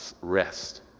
rest